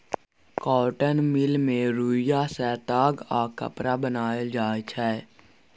cotton mill मे रुइया सँ ताग आ कपड़ा बनाएल जाइ छै